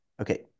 okay